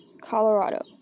Colorado